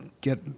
get